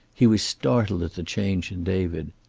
he was startled at the change in david.